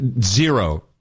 zero